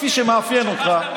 כפי שמאפיין אותך,